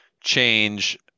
change